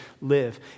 live